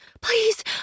Please